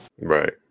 Right